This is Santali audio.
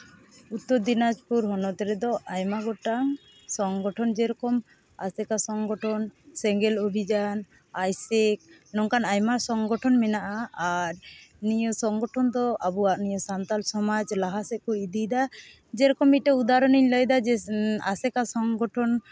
ᱩᱛᱛᱚᱨ ᱫᱤᱱᱟᱡᱽᱯᱩᱨ ᱦᱚᱱᱚᱛ ᱨᱮᱫᱚ ᱟᱭᱢᱟ ᱜᱚᱴᱟᱝ ᱥᱚᱝᱜᱚᱴᱷᱚᱱ ᱡᱮᱨᱚᱠᱚᱢ ᱟᱥᱮᱠᱟ ᱥᱚᱝᱜᱚᱴᱷᱚᱱ ᱥᱮᱸᱜᱮᱞ ᱚᱵᱷᱤᱡᱟᱱ ᱟᱭᱥᱮᱠ ᱱᱚᱝᱠᱟᱱ ᱟᱭᱢᱟ ᱥᱚᱝᱜᱚᱴᱷᱚᱱ ᱢᱮᱱᱟᱜᱼᱟ ᱟᱨ ᱱᱤᱭᱟᱹ ᱥᱚᱝᱜᱚᱴᱷᱚᱱ ᱫᱚ ᱟᱵᱚᱣᱟᱜ ᱱᱤᱭᱟᱹ ᱥᱟᱱᱛᱟᱞ ᱥᱚᱢᱟᱡᱽ ᱞᱟᱦᱟ ᱥᱮᱫ ᱠᱚ ᱤᱫᱤᱭᱫᱟ ᱡᱮᱨᱚᱠᱚᱢ ᱢᱤᱫᱴᱮᱱ ᱩᱫᱟᱦᱚᱨᱚᱱᱤᱧ ᱞᱟᱹᱭᱫᱟ ᱡᱮ ᱟᱥᱮᱠᱟ ᱥᱚᱝᱜᱚᱴᱷᱚᱱ